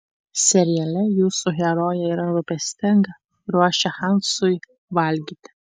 seriale jūsų herojė yra rūpestinga ruošia hansui valgyti